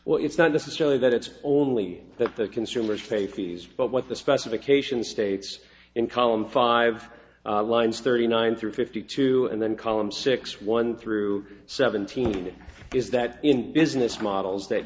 well it's not necessarily that it's only that the consumers pay fees but what the specifications states in column five lines thirty nine through fifty two and then column six one through seventeen is that in business models that